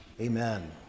Amen